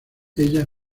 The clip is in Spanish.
ella